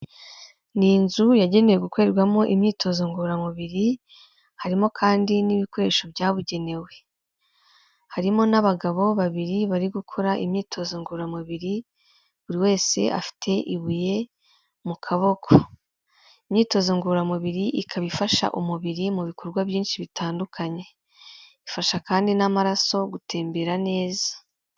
Ni inzu yagenewe gukorerwamo imyitozo ngororamubiri harimo kandi n'ibikoresho byabugenewe, harimo n'abagabo babiri bari gukora imyitozo ngororamubiri buri wese afite ibuye mu kaboko. Imyitozo ngororamubiri ikaba ifasha umubiri mu bikorwa byinshi bitandukanye, ifasha kandi n'amaraso gutembera neza.